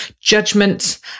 judgment